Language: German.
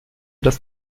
dass